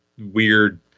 weird